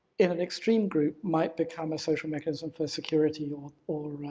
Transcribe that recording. in an extreme group might become a social mechanism for security or,